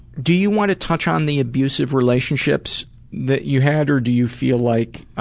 do you want to touch on the abusive relationships that you had, or do you feel like